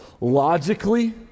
Logically